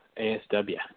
ASW